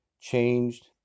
changed